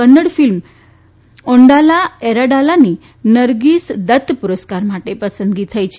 Kannada film ઓન્ઠાલા એરાડાલાની નરગીસ દત્ત પુરસ્કાર માટે પસંદગી થઈ છે